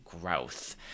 growth